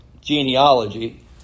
genealogy